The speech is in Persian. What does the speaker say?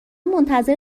منتظر